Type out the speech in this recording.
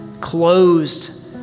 closed